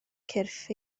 cyrff